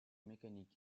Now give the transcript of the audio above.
mécanique